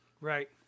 Right